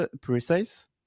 precise